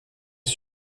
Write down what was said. est